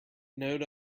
node